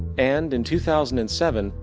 and in two thousand and seven,